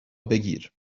بگیر